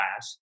class